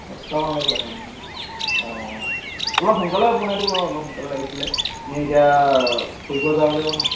দহটামান লৈকে খোলা থাকে নেকি অঁ অলপ সোনকালে বনাই দিব আৰু অলপ সোনকালে লাগিছিলে এনে এতিয়া ফুৰিব যাব লাগিব ন